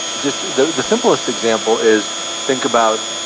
just the the simplest example is think about